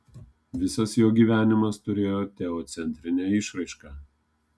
visas jo gyvenimas turėjo teocentrinę išraišką